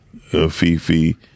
Fifi